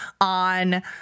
on